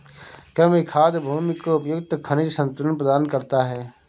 कृमि खाद भूमि को उपयुक्त खनिज संतुलन प्रदान करता है